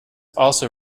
also